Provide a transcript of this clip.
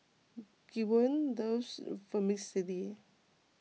Gwen loves Vermicelli